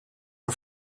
are